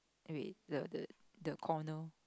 wait the the the corner